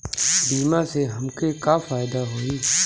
बीमा से हमके का फायदा होई?